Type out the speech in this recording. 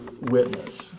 witness